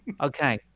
Okay